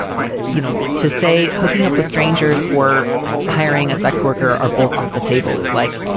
you know, to say hooking up with strangers or ah hiring a sex worker are both off the table is like,